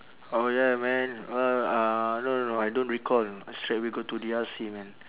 orh ya man uh uh no no I don't recall straight away go to D_R_C man